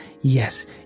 Yes